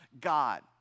God